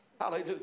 Hallelujah